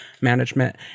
management